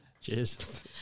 Cheers